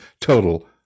total